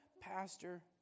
Pastor